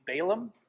Balaam